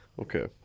Okay